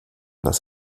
das